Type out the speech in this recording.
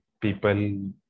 people